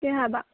ꯀꯔꯤ ꯍꯥꯏꯕ